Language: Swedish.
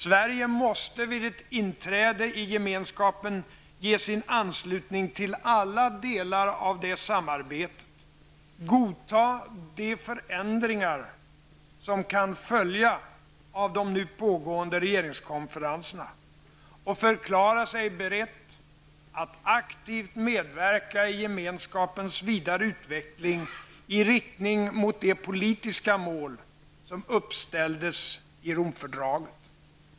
Sverige måste vid ett inträde i Gemenskapen ge sin anslutning till alla delar av samarbetet, godta de förändringar som kan följa av de nu pågående regeringskonferenserna, och förklara sig berett att aktivt medverka i Gemenskapens vidare utveckling i riktning mot de politiska mål som uppställdes i Romfördraget.